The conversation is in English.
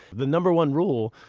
the number one rule,